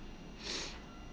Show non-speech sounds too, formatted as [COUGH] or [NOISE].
[NOISE]